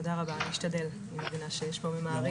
תודה רבה, אני אשתדל כי אני מבינה שיש פה ממהרים.